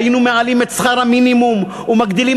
היינו מעלים את שכר המינימום ומגדילים